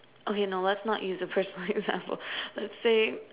okay no let's not use a personal example let's say